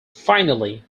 finally